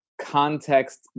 context